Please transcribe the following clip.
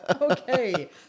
Okay